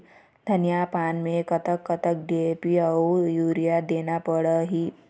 धनिया पान मे कतक कतक डी.ए.पी अऊ यूरिया देना पड़ही?